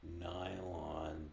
nylon